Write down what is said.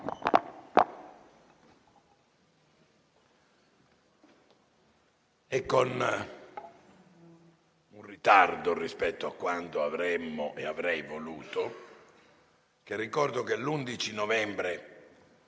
Con ritardo rispetto a quanto avremmo e avrei voluto, ricordo che l'11 novembre